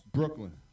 Brooklyn